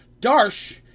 Darsh